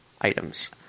items